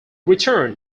return